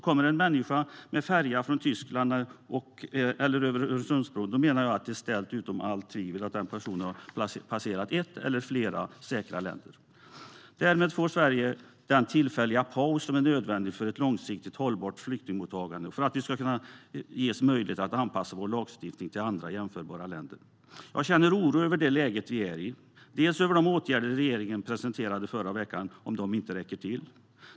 Kommer en människa med färja från Tyskland eller över Öresundsbron menar jag att det är ställt utom allt tvivel att den personen har passerat ett eller flera säkra länder. Genom en sådan åtgärd får Sverige den tillfälliga paus som är nödvändig för ett långsiktigt hållbart flyktingmottagande och för att vi ska kunna ges möjlighet att anpassa vår lagstiftning till andra jämförbara länder. Jag känner oro över det läge vi är i. Jag är orolig för att de åtgärder regeringen presenterade förra veckan inte kommer att räcka till.